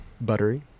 buttery